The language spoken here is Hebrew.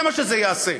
זה מה שזה יעשה.